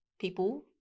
people